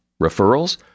Referrals